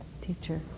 teacher